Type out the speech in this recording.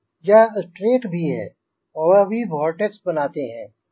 यह स्ट्रेक भी है वह भी वोर्टेक्स बनाते हैं